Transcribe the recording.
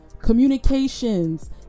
communications